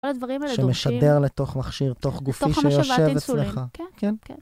כל הדברים האלה דורשים, שמשדר לתוך מכשיר, תוך גופי, לתוך משאבת אינסולין, שיושב אצלך. כן, כן.